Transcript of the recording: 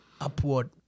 upward